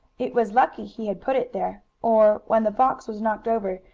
it was lucky he had put it there, or, when the box was knocked over,